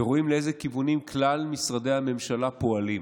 ורואים באיזה כיוונים כלל משרדי הממשלה פועלים.